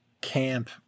camp